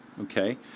Okay